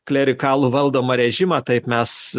klerikalų valdomą režimą taip mes